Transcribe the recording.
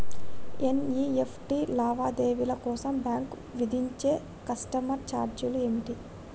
NEFT లావాదేవీల కోసం bank విధించే కస్టమర్ ఛార్జీలు ఏమిటి?